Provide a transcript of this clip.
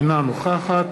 אינה נוכחת